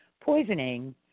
poisoning